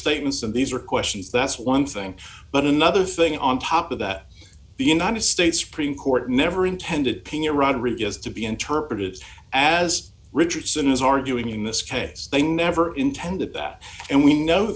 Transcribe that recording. statements and these are questions that's one thing but another thing on top of that the united states supreme court never intended pea rodriguez to be interpreted as richardson is arguing this case they never intended that and we know